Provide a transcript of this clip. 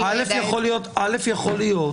אלא בערכאה הראשונה,